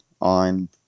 on